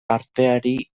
arteari